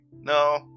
No